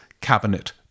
cabinet